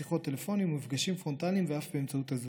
שיחות טלפון ומפגשים פרונטליים ואף באמצעות הזום.